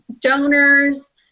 donors